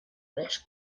this